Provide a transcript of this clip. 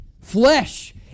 flesh